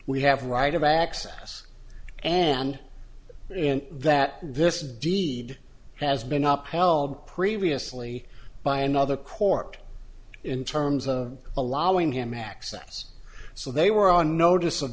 we have right of access and and that this deed has been up held previously by another court in terms of allowing him access so they were on notice of